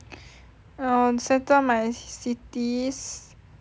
I'll settle my cities